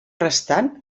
restant